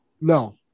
No